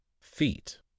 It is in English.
Feet